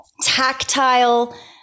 tactile